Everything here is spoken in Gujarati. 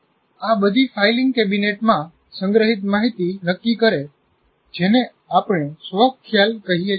આ બધી ફાઇલિંગ કેબિનેટમાં સંગ્રહિત માહિતી નક્કી કરે જેને આપણે સ્વ ખ્યાલ કહીએ છીએ